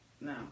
no